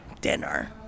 dinner